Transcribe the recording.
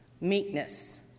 meekness